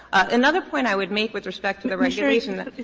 another point i would make with respect to the regulation